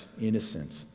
innocent